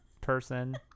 person